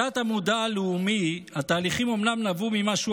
בתת-מודע הלאומי התהליכים אומנם נבעו ממשהו